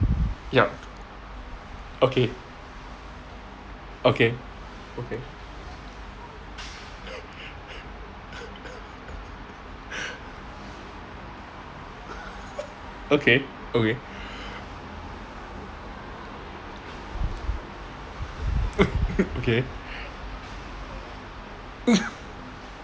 yup okay okay okay okay okay okay